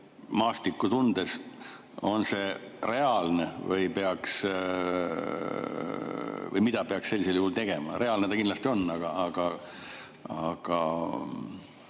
maastikku tundes, on reaalne või mida peaks sellisel juhul tegema? Reaalne ta kindlasti on. Aga